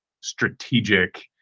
strategic